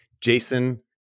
Jason